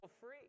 free